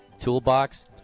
toolbox